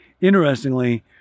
interestingly